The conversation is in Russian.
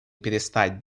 перестать